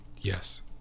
yes